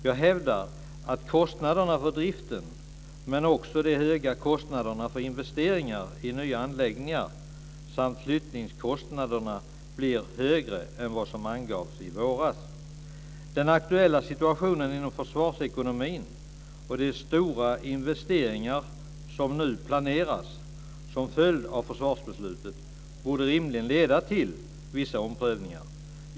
Jag hävdar att kostnaderna för driften men också kostnaderna för investeringar i nya anläggningar samt flyttningskostnaderna blir högre än vad som angavs i våras. Den aktuella situationen inom försvarsekonomin och de stora investeringar som nu planeras som följd av försvarsbeslutet borde rimligen leda till vissa omprövningar.